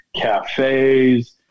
cafes